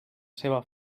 seva